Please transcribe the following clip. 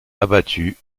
abattu